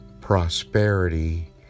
prosperity